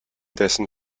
dessen